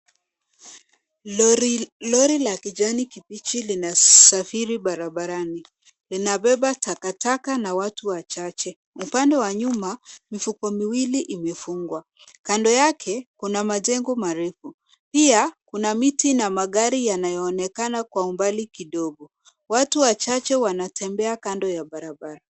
Lori la kijani kibichi linasafiri barabarani. Linabeba takataka na watu wachache. Upande wa nyuma, mifuko miwili imefungwa. Kando yake kuna majengo marefu. Pia kuna miti na magari yanayoonekana kwa umbali kidogo. Watu wachache wanatembea kando ya barabara.